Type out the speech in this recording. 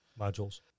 Modules